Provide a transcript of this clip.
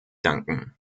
danken